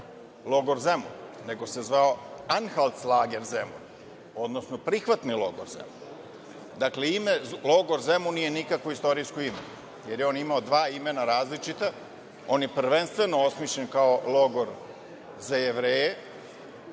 logor Zemun, nego se zvao „Anhaltelager Zemun“, odnosno Prihvatni logor Zemun. Dakle, ime logor Zemun nije nikakvo istorijsko ime, jer on je on imao dva imena različita. On je prvenstveno osmišljen kao logor za Jevreje. Mislim